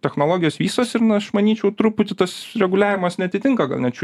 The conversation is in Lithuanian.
technologijos vystosi ir na aš manyčiau truputį tas reguliavimas neatitinka gal net šių